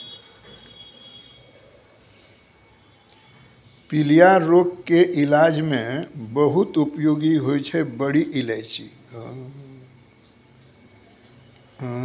पीलिया के रोग के इलाज मॅ बहुत उपयोगी होय छै बड़ी इलायची